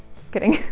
just kidding!